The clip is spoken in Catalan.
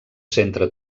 centre